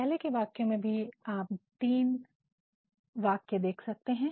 पहले के वाक्यों में भी आप तीन वाक्य बातें देख सकते हैं